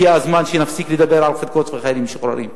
הגיע הזמן שנפסיק לדבר על חלקות וחיילים משוחררים.